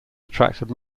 attracted